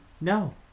No